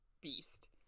beast